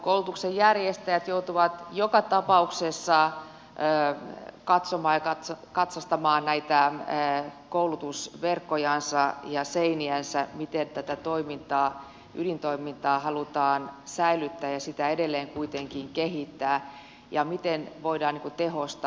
koulutuksen järjestäjät joutuvat joka tapauksessa katsomaan ja katsastamaan näitä koulutusverkkojansa ja seiniänsä miten tätä toimintaa ydintoimintaa halutaan säilyttää ja sitä edelleen kuitenkin kehittää ja miten voidaan tehostaa